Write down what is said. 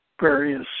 various